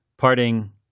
Parting